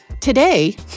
Today